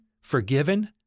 Forgiven